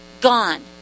gone